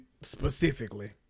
specifically